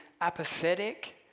apathetic